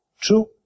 true